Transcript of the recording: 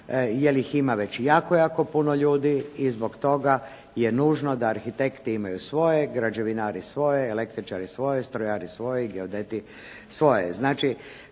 jel ih ima jako, jako puno ljudi i zbog toga je nužno da arhitekti imaju svoje, građevinari svoje, električari svoje, strojari svoje i geodeti svoje.